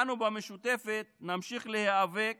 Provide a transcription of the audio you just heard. אנו במשותפת נמשיך להיאבק